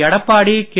Edappadi K